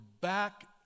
back